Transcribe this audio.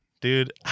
dude